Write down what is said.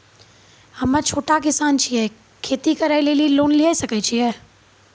हम्मे छोटा किसान छियै, खेती करे लेली लोन लिये सकय छियै?